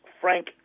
Frank